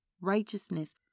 righteousness